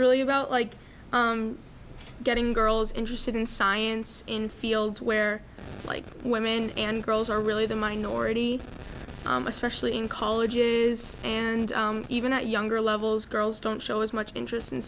really about like getting girls interested in science in fields where like women and girls are really the minority especially in college is and even at younger levels girls don't show as much interest in